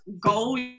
goal